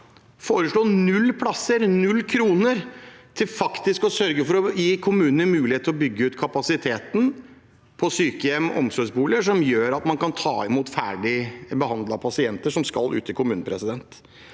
kroner, til faktisk å sørge for å gi kommunene mulighet til å bygge ut kapasiteten på sykehjem og omsorgsboliger som gjør at man kan ta imot ferdig behandlede pasienter som skal ut i kommunen.